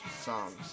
Songs